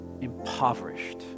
impoverished